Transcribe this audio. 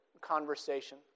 conversation